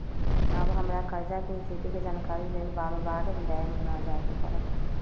अब हमरा कर्जा के स्थिति के जानकारी लेल बारोबारे बैंक न जाय के परत्